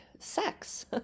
Sex